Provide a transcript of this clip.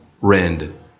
rend